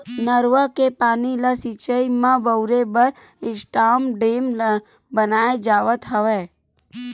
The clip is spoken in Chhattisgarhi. नरूवा के पानी ल सिचई म बउरे बर स्टॉप डेम बनाए जावत हवय